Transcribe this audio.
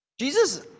Jesus